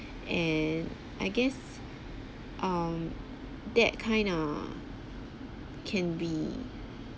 and I guess um that kind err can be